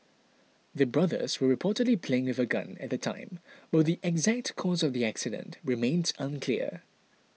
the brothers were reportedly playing with a gun at the time but the exact cause of the accident remains unclear